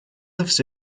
lives